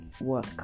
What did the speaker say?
work